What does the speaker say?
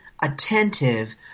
attentive